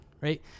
right